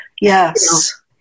Yes